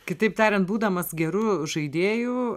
kitaip tariant būdamas geru žaidėju